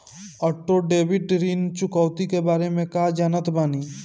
Auto debit ऋण चुकौती के बारे में कया जानत बानी?